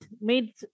made